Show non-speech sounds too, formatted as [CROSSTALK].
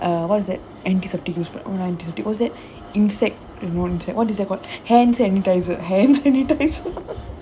err what's that antiseptic use what what is that insect eh not insect what is that called hand sanitiser hand sanitiser [LAUGHS]